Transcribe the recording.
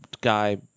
guy